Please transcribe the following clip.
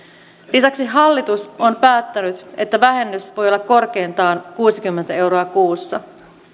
lisäksi hallitus on päättänyt että vähennys voi olla korkeintaan kuusikymmentä euroa kuussa